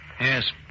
Yes